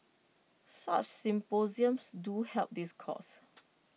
such symposiums do help this cause